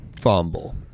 Fumble